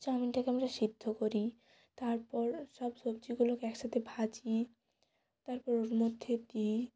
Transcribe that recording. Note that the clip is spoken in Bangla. চাউমিনটাকে আমরা সিদ্ধ করি তারপর সব সবজিগুলোকে একসাথে ভাজি তারপর ওর মধ্যে দিই